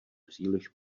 příliš